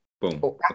Boom